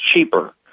cheaper